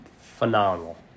phenomenal